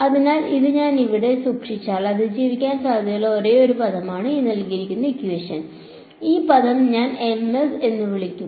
അതിനാൽ ഞാൻ ഇത് ഇവിടെ സൂക്ഷിച്ചാൽ അതിജീവിക്കാൻ സാധ്യതയുള്ള ഒരേയൊരു പദമാണ് ഈ പദം ഞാൻ എന്ന് വിളിക്കും